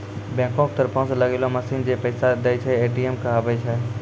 बैंको के तरफो से लगैलो मशीन जै पैसा दै छै, ए.टी.एम कहाबै छै